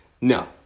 No